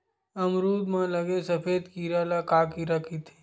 अमरूद म लगे सफेद कीरा ल का कीरा कइथे?